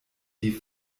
die